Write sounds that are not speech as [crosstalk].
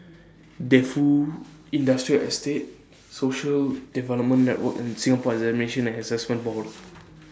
Defu Industrial Estate Social Development Network and Singapore Examinations and Assessment Board [noise]